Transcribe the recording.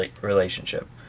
relationship